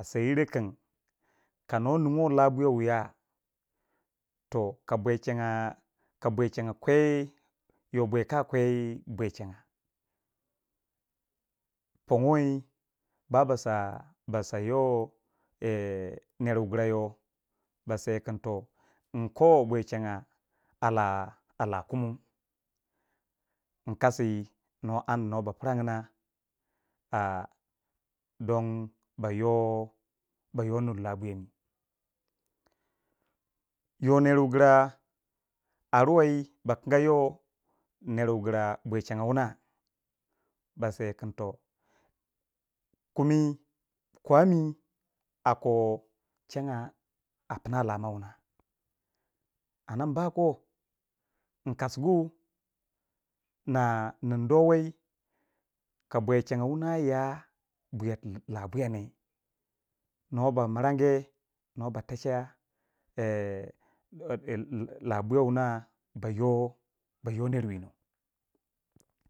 a seyiro kin ka nuwa ningiwei labwiya wiya toh ka bwechangya ka bwechanga kwai yoh bwiya kwa kwe bwe changa pọgnguwe ba ba sa ba sa yọ nẹr wu girayo basai kin toh mi ko bwashangya a lah alah kumu mi kasi nọ aŋ nwo ba pirangina a don ba yo ba yo nur labwiya mi yoh ner wu gira aruwei ba kinga yoh ner wu gira bashangya wuna ba se kin toh kumi kwami a ko chagya a pina lamo wuna anda imba ko in kasugu na nin duwowe, ka bashangya wuna ya bweyeti labwiyane nuwa ba ba mirange nuwa ba tẹcha labwiya wuna bayo bayo ner wino.